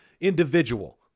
individual